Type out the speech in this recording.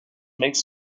makes